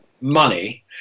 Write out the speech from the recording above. money